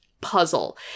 puzzle